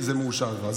זה מאושר כבר.